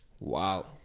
Wow